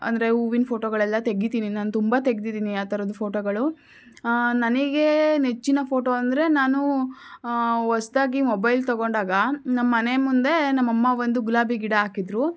ಅಂದರೆ ಹೂವಿನ ಫೋಟೋಗಳೆಲ್ಲ ತೆಗಿತೀನಿ ನಾನು ತುಂಬ ತೆಗೆದಿದ್ದೀನಿ ಆ ಥರದ್ದು ಫೋಟೋಗಳು ನನಗೆ ನೆಚ್ಚಿನ ಫೋಟೋ ಅಂದರೆ ನಾನು ಹೊಸ್ದಾಗಿ ಮೊಬೈಲ್ ತೊಗೊಂಡಾಗ ನಮ್ಮ ಮನೆ ಮುಂದೆ ನಮ್ಮ ಅಮ್ಮ ಒಂದು ಗುಲಾಬಿ ಗಿಡ ಹಾಕಿದ್ದರು